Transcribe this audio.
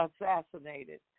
assassinated